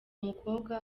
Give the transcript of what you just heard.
mukobwa